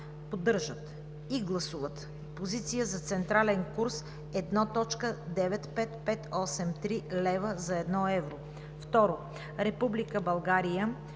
поддържат и гласуват позиция за централен курс 1.95583 лева за 1 евро. 2. Република България